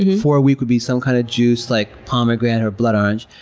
four weak would be some kind of juice like pomegranate or blood orange.